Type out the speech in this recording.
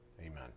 Amen